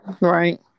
Right